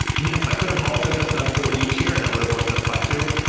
yes. i could have also just done for each here and that would have worked just fine, too.